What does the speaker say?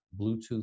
Bluetooth